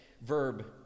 verb